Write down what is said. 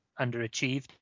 underachieved